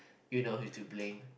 you know who to blame